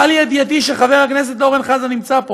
הובא לידיעתי שחבר הכנסת אורן חזן נמצא פה,